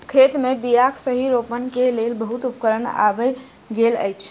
खेत मे बीयाक सही रोपण के लेल बहुत उपकरण आइब गेल अछि